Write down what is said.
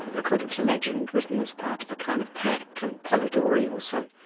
according to legend, written as part of a kind of pact, and polidori also.